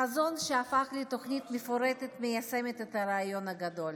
חזון שהפך לתוכנית מפורטת המיישמת את הרעיון הגדול.